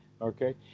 Okay